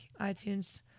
iTunes